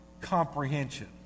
comprehension